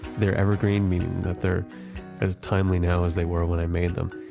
they're evergreen, meaning that they're as timely now as they were when i made them.